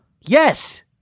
Yes